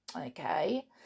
okay